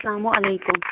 سَلامُ علیکُم